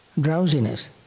Drowsiness